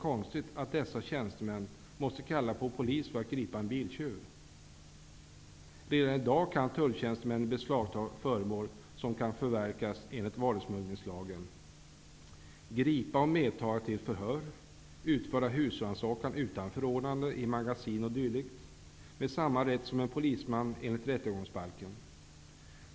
Redan i dag kan en tulltjänsteman enligt rättegångsbalken med samma rätt som en polisman beslagta föremål som kan förverkas enligt varusmugglingslagen, gripa och medta till förhör, utföra husrannsakan utan förordnande i magasin o.d.